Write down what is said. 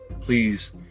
please